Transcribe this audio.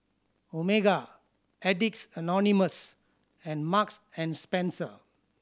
Omega Addicts Anonymous and Marks and Spencer